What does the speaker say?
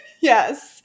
Yes